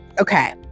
Okay